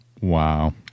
Wow